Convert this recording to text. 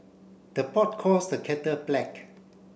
the pot calls the kettle black